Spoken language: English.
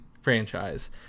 franchise